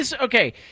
Okay